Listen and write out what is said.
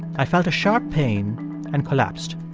i felt a sharp pain and collapsed.